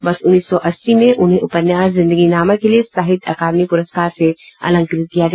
वर्ष उन्नीस सौ अस्सी में उन्हें उपन्यास जिंदगी नामा के लिए साहित्य अकादमी प्रस्कार से अलंकृत किया गया